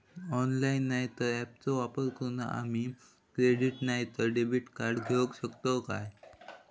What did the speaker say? Online नाय तर ऍपचो वापर करून आम्ही क्रेडिट नाय तर डेबिट कार्ड घेऊ शकतो का?